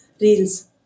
reels